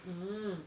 mm